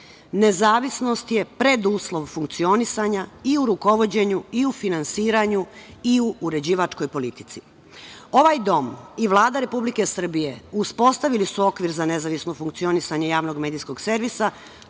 servisa. Nezavisnost je preduslov funkcionisanja, i u rukovođenju, i u finansiranju, i u uređivačkoj politici. Ovaj Dom i Vlada Republike Srbije, uspostavili su okvir za nezavisno funkcionisanje javnog medijskog servisa